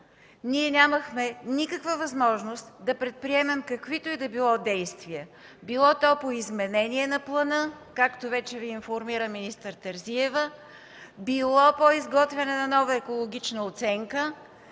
ние нямахме никаква възможност да предприемем каквито и да било действия – било то по изменение на плана, както вече Ви информира министър Терзиева, било по изготвяне на нова екологична оценка,